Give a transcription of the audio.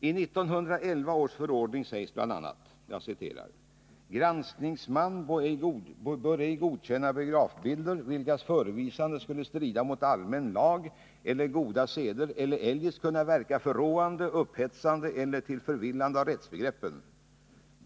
I 1911 års förordning sägs bl.a.: ”Granskningsman må ej godkänna biografbilder, vilkas förevisande skulle strida mot allmän lag eller goda seder eller eljest kunna verka förråande, upphetsande eller till förvillande av rättsbegreppen.